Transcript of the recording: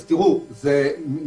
זה המודל הגרמני.